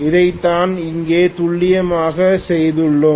அதைத்தான் இங்கே துல்லியமாக செய்துள்ளோம்